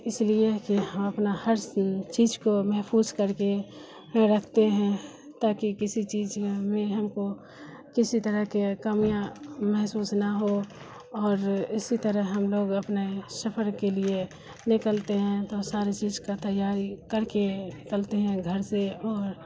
اس لیے کہ ہم اپنا ہر چیز کو محفوظ کر کے رکھتے ہیں تاکہ کسی چیز میں ہمیں ہم کو کسی طرح کے کمیاں محسوس نہ ہو اور اسی طرح ہم لوگ اپنے سفر کے لیے نکلتے ہیں تو سارے چیز کا تیاری کر کے نکلتے ہیں گھر سے اور